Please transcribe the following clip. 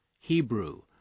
Hebrew